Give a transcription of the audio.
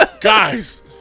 Guys